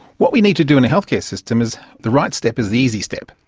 what we need to do in a healthcare system is the right step is the easy step.